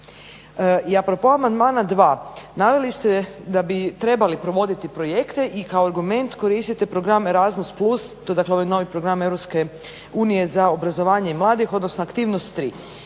I a propos amandmana 2 naveli ste da bi trebalo provoditi projekte i kao argumente koristite programe Erazmus plus to je ovaj novi program EU za obrazovanje mladih odnosno aktivnost 3.